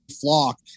flock